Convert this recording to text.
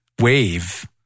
wave